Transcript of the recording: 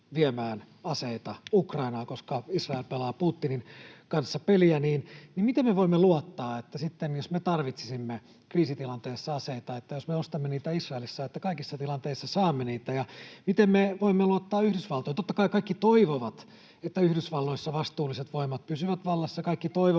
viemään aseita Ukrainaan, koska Israel pelaa Putinin kanssa peliä, niin miten me voimme luottaa siihen, että jos me tarvitsisimme kriisitilanteessa aseita ja jos me ostamme niitä Israelista, että kaikissa tilanteissa saamme niitä? Ja miten me voimme luottaa Yhdysvaltoihin? Totta kai kaikki toivovat, että Yhdysvalloissa vastuulliset voimat pysyvät vallassa,